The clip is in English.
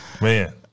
man